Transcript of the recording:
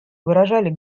выражали